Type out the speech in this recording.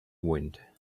wind